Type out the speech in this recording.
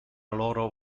loro